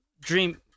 dream